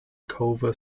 culver